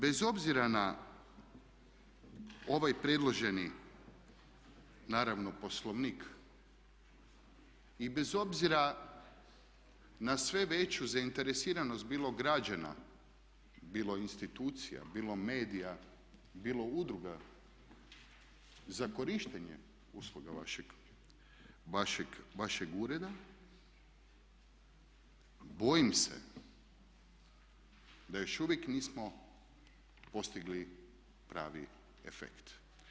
Bez obzira na ovaj predloženi naravno Poslovnik i bez obzira na sve veću zainteresiranost bilo građana, bilo institucija, bilo medija, bilo udruga za korištenje usluga vašeg ureda bojim se da još uvijek nismo postigli pravi efekt.